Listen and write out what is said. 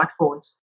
smartphones